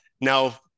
now